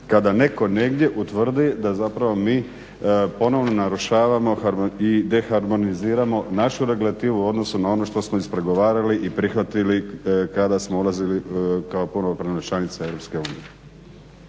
kada netko negdje utvrdi da zapravo mi ponovno narušavamo i deharmoniziramo našu regulativu u odnosu na ono što smo ispregovarali i prihvatili kada smo ulazili kao punopravna članica EU.